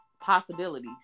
possibilities